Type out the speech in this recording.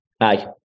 Aye